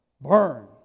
burn